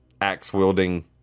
axe-wielding